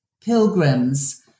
pilgrims